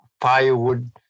firewood